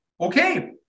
Okay